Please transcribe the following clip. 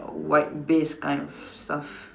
white base kind of stuff